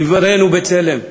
נבראנו בצלם,